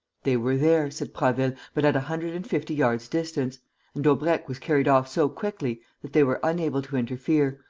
they were there, said prasville, but at a hundred and fifty yards' distance and daubrecq was carried off so quickly that they were unable to interfere,